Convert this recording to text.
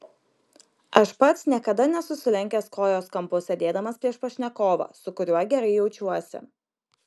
aš pats niekada nesu sulenkęs kojos kampu sėdėdamas prieš pašnekovą su kuriuo gerai jaučiuosi